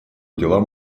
делам